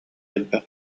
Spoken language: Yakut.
элбэх